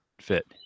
fit